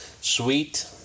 sweet